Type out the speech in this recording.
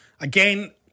Again